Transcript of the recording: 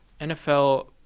NFL